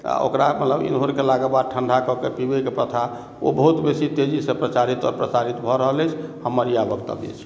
आ ओकरा मतलब इन्होर केला के बाद ठंडा कऽ के पीबै के प्रथा ओ बहुत बेसी तेजी सॅं प्रचारित आओर प्रसारित भऽ रहल अछि हमर इएह वक्तव्य अछि